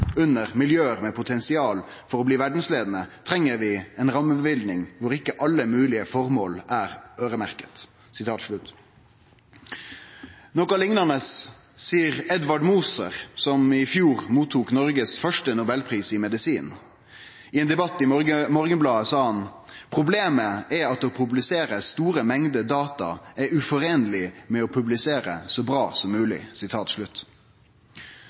under miljøer med potensial for å bli verdensledende, trenger vi en rammebevilgning hvor ikke alle mulige formål er øremerket.» Noko liknande seier Edvard Moser, som i fjor mottok Noregs første nobelpris i medisin. I ein debatt i Morgenbladet sa han: «Problemet er at å publisere store mengder er uforenlig med å publisere så bra som mulig.»